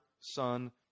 Son